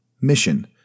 Mission